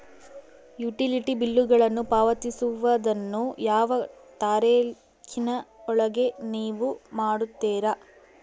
Utility ಬಿಲ್ಲುಗಳನ್ನು ಪಾವತಿಸುವದನ್ನು ಯಾವ ತಾರೇಖಿನ ಒಳಗೆ ನೇವು ಮಾಡುತ್ತೇರಾ?